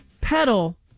pedal